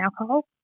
alcohol